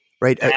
right